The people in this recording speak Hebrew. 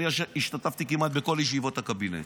השתתפתי כמעט בכל ישיבות הקבינט,